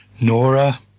Nora